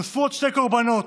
נוספו עוד שני קורבנות: